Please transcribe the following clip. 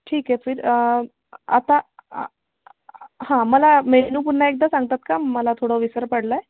ठीक आहे फिर आता हां मला मेनू पुन्हा एकदा सांगतात का मला थोडं विसर पडला आहे